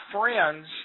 friends